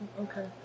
okay